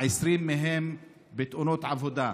20 מהם בתאונות עבודה.